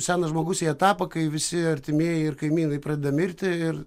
senas žmogus į etapą kai visi artimieji ir kaimynai pradeda mirti ir